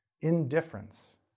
Indifference